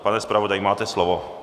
Pane zpravodaji, máte slovo.